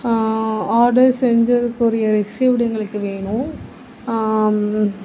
order செஞ்சதுக்குரிய received எங்களுக்கு வேணும்